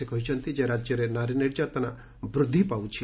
ସେ କହିଛନ୍ତି ଯେ ରାକ୍ୟରେ ନାରୀ ନିର୍ଯାତନା ବୃଦ୍ଧି ପାଉଛି